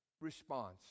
response